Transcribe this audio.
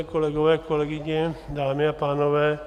Kolegové, kolegyně, dámy a pánové.